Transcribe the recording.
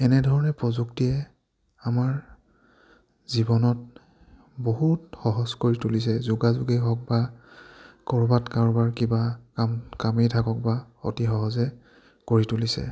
এনেধৰণে প্ৰযুক্তিয়ে আমাৰ জীৱনত বহুত সহজ কৰি তুলিছে যোগাযোগেই হওক বা ক'ৰবাত কাৰোবাৰ কিবা কাম কামেই থাকক বা অতি সহজ কৰি তুলিছে